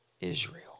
Israel